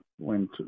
went